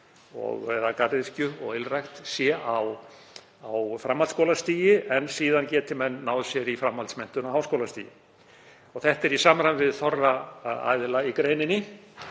í garðyrkju og ylrækt sé á framhaldsskólastigi en síðan geti menn náð sér í framhaldsmenntun á háskólastigi. Það er í samræmi við álit þorra aðila í greininni.